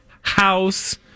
house